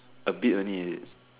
a bit only